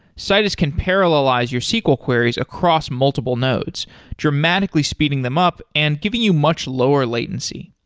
citus can parallelize your sql queries across multiple nodes dramatically speeding them up and giving you much lower latency.